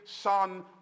son